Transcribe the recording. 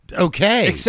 okay